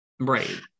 Right